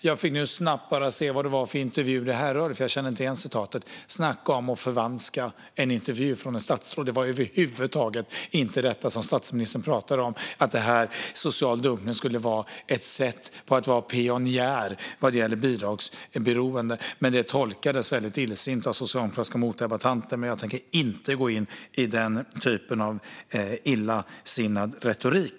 Jag tittade snabbt på vad det var för intervju det rörde sig om, för jag kände inte igen citatet. Snacka om att förvanska en intervju från ett statsråd! Statsministern pratade över huvud taget inte om att social dumpning skulle vara ett sätt att vara pionjär vad gäller bidragsberoende. Det tolkades väldigt illasinnat av socialdemokratiska motdebattörer, men jag tänker inte gå in i den typen av illvillig retorik.